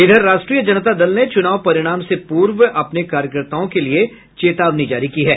इधर राष्ट्रीय जनता दल ने चुनाव परिणाम से पूर्व अपने कार्यकर्ताओं के लिए चेतावनी जारी की है